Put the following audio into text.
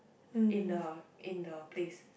in the in the place